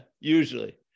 Usually